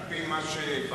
על-פי מה שבחנתי,